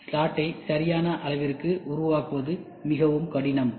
ஸ்லாட்டை சரியான அளவிற்கு உருவாக்குவது மிகவும் கடினம்